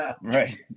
right